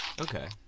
Okay